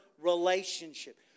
relationship